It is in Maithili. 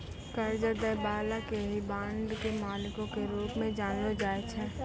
कर्जा दै बाला के ही बांड के मालिको के रूप मे जानलो जाय छै